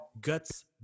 guts